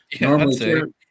Normally